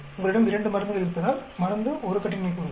உங்களிடம் 2 மருந்துகள் இருப்பதால் மருந்து 1 கட்டின்மை கூறுகள்